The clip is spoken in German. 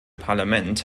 parlament